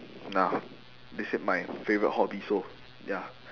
nah this is my favourite hobby so ya